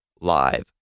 live